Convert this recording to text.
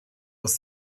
aus